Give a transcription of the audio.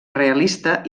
realista